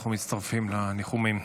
אנחנו מצטרפים לניחומים.